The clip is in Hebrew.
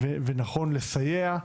ונכון לסייע.